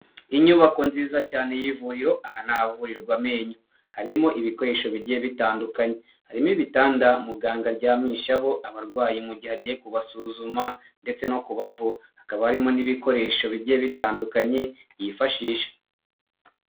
Inyubako nziza cyane y'ivuriro aha ni ahavurirwa amenyo harimo ibikoresho bigiye bitandukanye, harimo ibitanda muganga aryamishaho abarwayi mu gihe agiye kubasuzuma ndetse no kubavura hakaba harimo n'ibikoresho bigiye bitandukanye yifashisha.